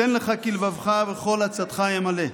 יתן לך כלבבך וכל עצתך ימלא.